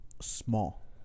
Small